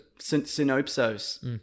synopsis